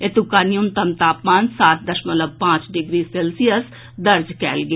एतुका न्यूनतम तापमान सात दशमलव पांच डिग्री सेल्सियस दर्ज कयल गेल